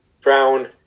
brown